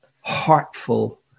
heartful